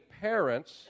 parents